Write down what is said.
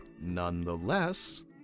Nonetheless